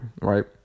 right